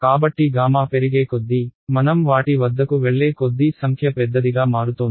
కాబట్టి Γ పెరిగేకొద్దీ మనం వాటి వద్దకు వెళ్లే కొద్దీ సంఖ్య పెద్దదిగా మారుతోంది